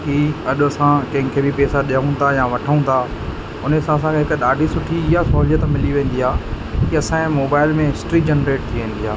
कि अॼु असां कंहिंखे बि पेसा ॾियूं था या वठूं था उन हिसाब सां हिकु ॾाढी सुठी इहा सहूलियत मिली वेंदी आहे की असांजे मोबाइल में हिस्ट्री जनरेट थी वेंदी आहे